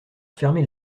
fermer